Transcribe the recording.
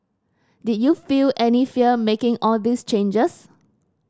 did you feel any fear making all these changes